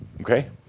Okay